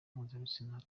mpuzabitsina